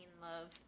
love